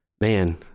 man